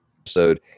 episode